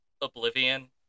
oblivion